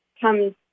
come